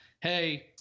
Hey